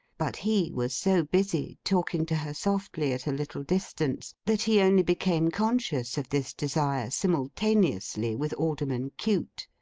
but he was so busy, talking to her softly at a little distance, that he only became conscious of this desire, simultaneously with alderman cute.